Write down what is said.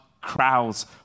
crowds